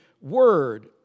Word